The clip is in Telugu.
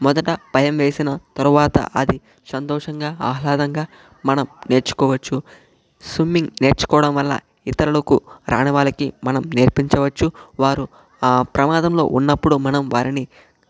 మొదట భయం వేసిన తర్వాత అది సంతోషంగా ఆహ్లాదంగా మనం నేర్చుకోవచ్చు స్విమ్మింగ్ నేర్చుకోవడం వల్ల ఇతరులకు రాని వాళ్లకు మనం నేర్పించవచ్చు వారు ఆ ప్రమాదంలో ఉన్నప్పుడు మనం వారిని